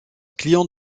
client